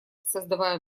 создавая